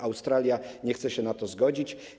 Australia nie chce się na to zgodzić.